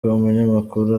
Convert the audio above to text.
umunyamakuru